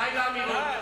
די לאמירות,